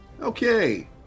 Okay